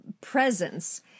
presence